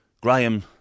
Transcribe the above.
Graham